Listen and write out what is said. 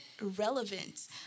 relevant